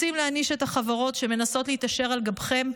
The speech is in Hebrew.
רוצים להעניש את החברות שמנסות להתעשר על גבכם?